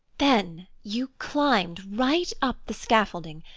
then you climbed right up the scaffolding,